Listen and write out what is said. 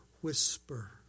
whisper